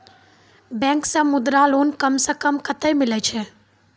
Bank से Mudra loan कम सऽ कम कतैय मिलैय छै?